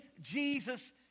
Jesus